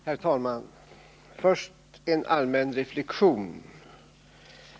Herr talman! Först en allmän reflexion.